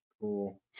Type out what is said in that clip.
Cool